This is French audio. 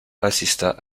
assista